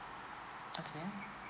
okay